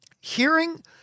Hearing